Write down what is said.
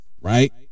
right